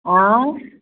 आँय